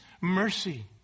mercy